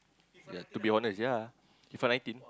ya to be honest ya If I nineteen